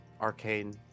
Arcane